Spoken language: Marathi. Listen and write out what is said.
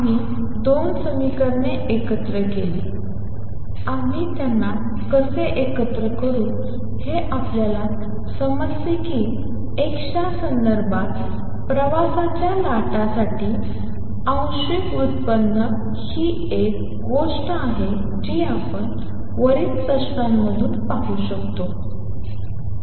आम्ही 2 समीकरणे एकत्र केली आम्ही त्यांना कसे एकत्र करू हे आपल्याला समजते की एक्सच्या संदर्भात प्रवासाच्या लाटासाठी आंशिक व्युत्पन्न ही एक गोष्ट आहे जी आपण वरील प्रश्नांमधून पाहू शकता कि ±1v∂f∂t